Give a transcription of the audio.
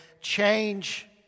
change